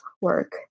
work